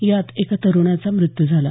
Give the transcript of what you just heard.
या एका तरुणाचा मृत्यू झाला